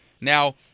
Now